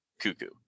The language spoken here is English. cuckoo